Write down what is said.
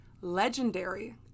legendary